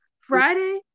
Friday